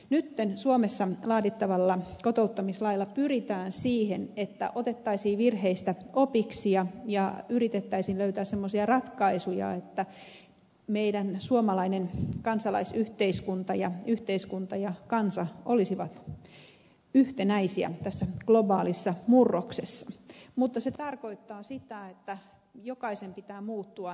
nyt suomessa laadittavalla kotouttamislailla pyritään siihen että otettaisiin virheistä opiksi ja yritettäisiin löytää semmoisia ratkaisuja että meidän suomalainen kansalaisyhteiskuntamme ja yhteiskunta ja kansa olisivat yhtenäisiä tässä globaalissa murroksessa mutta se tarkoittaa sitä että jokaisen pitää muuttua